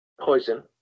Poison